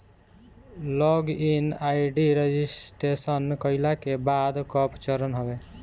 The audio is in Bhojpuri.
लॉग इन आई.डी रजिटेशन कईला के बाद कअ चरण हवे